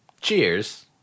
cheers